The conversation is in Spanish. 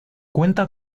cuenta